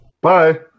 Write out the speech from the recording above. Bye